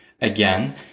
again